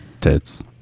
Tits